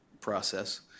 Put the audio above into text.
process